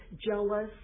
jealous